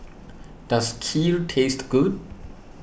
does Kheer taste good